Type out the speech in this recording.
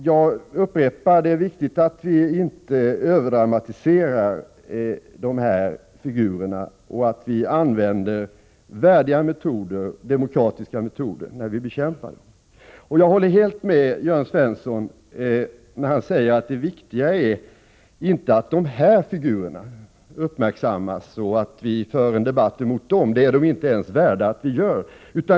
Jag upprepar: Det är viktigt att vi inte överdramatiserar de här figurerna och att vi använder värdiga demokratiska metoder när vi bekämpar dem. Jag håller helt med Jörn Svensson när han säger att det viktiga inte är att de här figurerna uppmärksammas och att vi för en debatt mot dem — det är de inte ens värda.